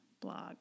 blog